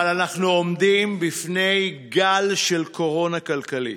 אבל אנחנו עומדים בפני גל של קורונה כלכלית,